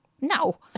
no